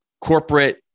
corporate